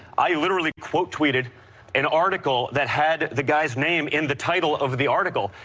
i literally quote tweeted an article that had the guy's name in the title of the article.